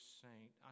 saint